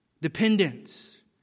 dependence